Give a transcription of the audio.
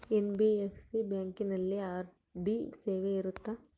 NBFC ಬ್ಯಾಂಕಿನಲ್ಲಿ RD ಸೇವೆ ಇರುತ್ತಾ?